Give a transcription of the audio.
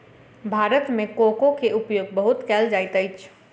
भारत मे कोको के उपयोग बहुत कयल जाइत अछि